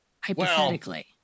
hypothetically